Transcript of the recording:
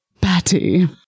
batty